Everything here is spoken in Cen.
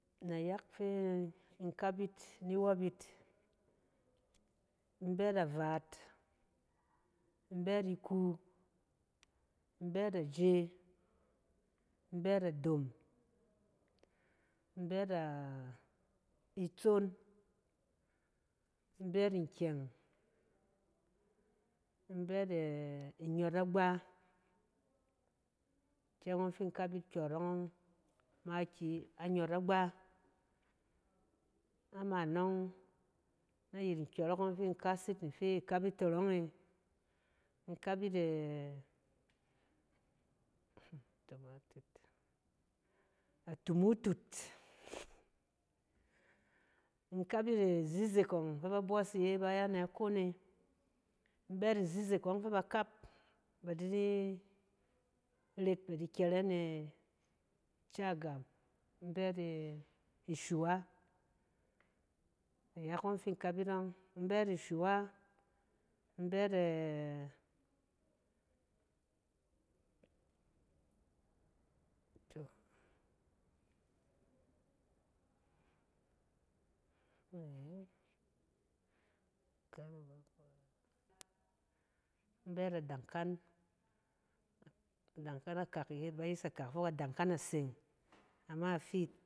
Nayak fɛ in kap yit ni wop e, in bɛ avaat, in bɛ ikuu, in bɛ ajee, in bɛ adom. in bɛ itsong, in bɛ nkyɛng, in bɛ inyɔtagba, ikyɛng fi in kap yit kyɔrɔng yɔng makiyi, inyɔtagba. Ama nɔng, ayɛt nkyɔrɔng ɔng fi in kas yit in fɛ tɔrɔng e, in kap yit atomato-atumutut, in kap yit izizɛk ɔng fɛ ba ya na akon e. in bɛ yit izizɛk ɔng fɛ ba kap, ba di di ret ba di kyɛrɛ ni cagam, in bɛ ishowa nayak fi in kap yit yɔng, in bɛ yit adakang, adakang akak fɛ ba yes fok adakng aseng, ama afiit.